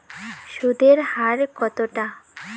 সুদের হার কতটা?